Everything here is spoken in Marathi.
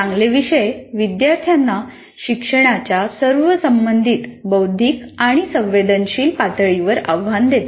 चांगले विषय विद्यार्थ्यांना शिक्षणाच्या सर्व संबंधित बौद्धिक आणि संवेदनशील पातळीवर आव्हान देतात